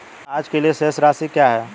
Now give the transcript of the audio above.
आज के लिए शेष राशि क्या है?